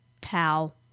pal